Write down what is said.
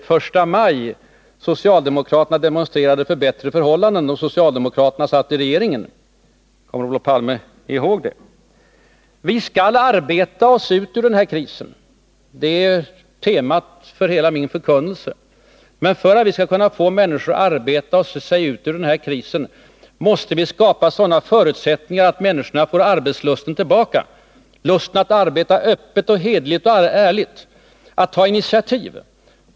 på första maj socialdemokraterna demonstrerade för bättre förhållanden då de själva satt i regeringen! Kommer Olof Palme ihåg det? Vi skall arbeta oss ut ur den här krisen! Det är temat för hela min förkunnelse. Men för att vi skall kunna få människorna att arbeta sig ut ur krisen måste vi skapa sådana förutsättningar att de får arbetslusten tillbaka, lusten att arbeta öppet och hederligt och att ta initiativ.